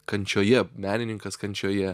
kančioje menininkas kančioje